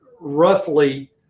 roughly